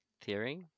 theory